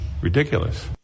ridiculous